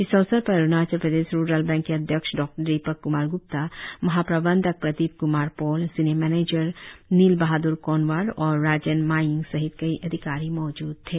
इस अवसर पर अरुणाचल प्रदेश रुरल बैंक के अध्यक्ष डॉदीपक क्मार ग्प्ता महाप्रबंधक Pradeep Kumar Paul senior manager नील बहाद्र कोनवार और राजेन मायिंग सहित कई अधिकारी मौजूद थे